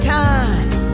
time